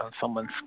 someone's